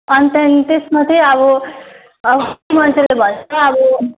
अनि त्यहाँदेखि त्यसमा चाहिँ अब अब